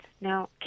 Now